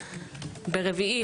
ברביעי,